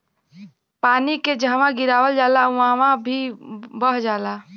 पानी के जहवा गिरावल जाला वहवॉ ही बह जाला